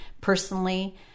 personally